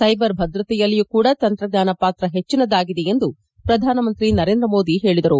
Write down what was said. cyber ಭದ್ರತೆಯಲ್ಲಿಯೂ ಕೂಡ ತಂತ್ರಜ್ಞಾನ ಪಾತ್ರ ಹೆಚ್ಚಿನದಾಗಿದೆ ಎಂದು ಪ್ರಧಾನಮಂತ್ರಿ ನರೇಂದ್ರ ಮೋದಿ ಹೇಳಿದರು